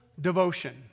devotion